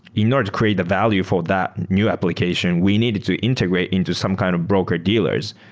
in order to create the value for that new application, we needed to integrate into some kind of broker dealers.